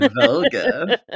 vulgar